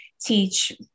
teach